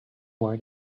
where